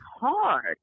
hard